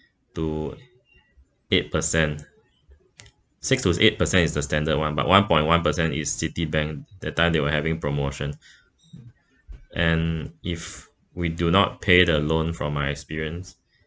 to eight percent six to eight percent is the standard one but one point one percent is citibank that time they were having promotion and if we do not pay the loan from my experience